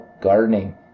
gardening